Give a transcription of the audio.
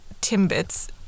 Timbits